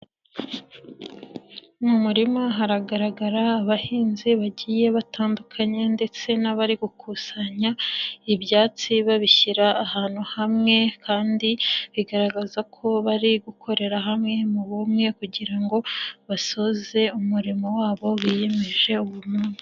Mu murima haragaragara abahinzi bagiye batandukanye ndetse nabari gukusanya ibyatsi babishyira ahantu hamwe, kandi bigaragaza ko bari gukorera hamwe mu bumwe kugira ngo, basoze umurimo wabo biyemeje uwo munsi.